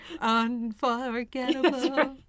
Unforgettable